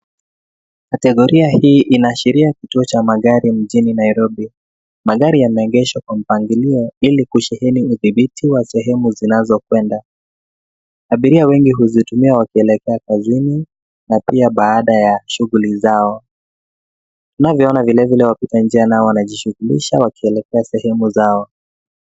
Kategoria hii inaashiria kituo cha magari mjini nairobi, magari yameegeshwa kwa mpangilio ili kusheheni udhibiti wa sehemu zinazoenda. Abiria wengi huzitumia wakienda kazini na pia baada ya shughuli zao, tunavyoona vilevile wapitanjia nao wanajishukisha wakielekea sehemu zao.